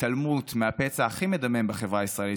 ולהתעלמות מהפצע הכי מדמם בחברה הישראלית,